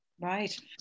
Right